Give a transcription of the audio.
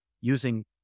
using